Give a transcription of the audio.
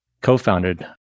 co-founded